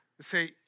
say